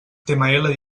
html